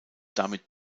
damit